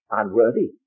unworthy